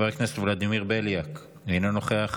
חבר הכנסת ולדימיר בליאק, אינו נוכח,